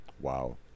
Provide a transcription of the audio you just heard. wow